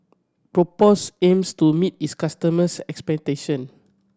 Propass aims to meet its customers' expectation